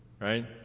Right